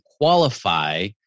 qualify